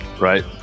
right